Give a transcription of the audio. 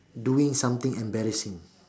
doing something embarrassing